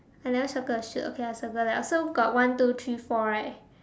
I never circle the sheep okay I circle that so got one two three four right